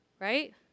Right